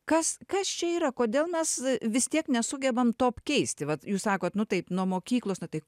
kas kas čia yra kodėl mes vis tiek nesugebam to apkeisti vat jūs sakot nu taip nuo mokyklos na tai